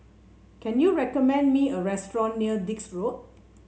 can you recommend me a restaurant near Dix Road